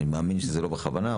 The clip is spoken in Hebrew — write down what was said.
אני מאמין שזה לא נעשה בכוונה.